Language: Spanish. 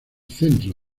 centro